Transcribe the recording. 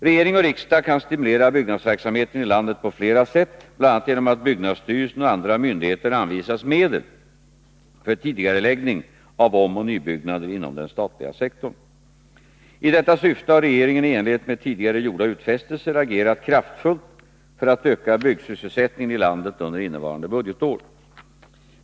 Regering och riksdag kan stimulera byggnadsverksamheten i landet på flera sätt, bl.a. genom att byggnadsstyrelsen och andra myndigheter anvisas medel för tidigareläggning av omoch nybyggnader inom den statliga sektorn. I detta syfte har regeringen i enlighet med tidigare gjorda utfästelser agerat kraftfullt för att öka byggsysselsättningen i landet under innevarande budgetår.